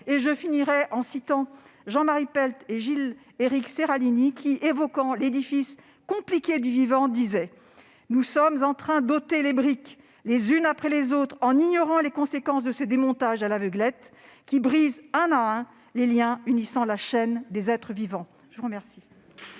Je finirai en citant Jean-Marie Pelt et Gilles-Éric Séralini qui disent, à propos de l'édifice compliqué du vivant :« nous sommes en train d'[ ...] ôter les briques les unes après les autres en ignorant les conséquences de ce démontage à l'aveuglette, qui brise un à un les liens unissant la chaîne des êtres vivants. » La discussion